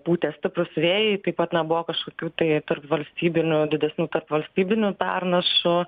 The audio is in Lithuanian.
pūtė stiprūs vėjai taip pat nebuvo kažkokių tai tarpvalstybinių didesnių tarpvalstybinių pernašų